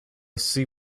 see